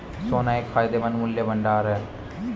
सोना एक फायदेमंद मूल्य का भंडार है